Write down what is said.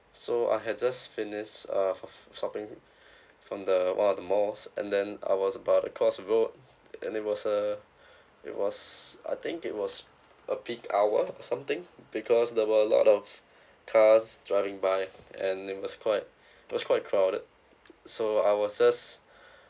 so I had just finished uh f~ shopping from the one of the malls and then I was about to cross the road and then it was a it was I think it was a peak hour or something because there were a lot of cars driving by and it was quite it was quite crowded so I was just